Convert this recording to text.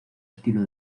estilo